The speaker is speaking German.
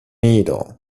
nieder